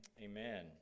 amen